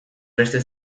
beste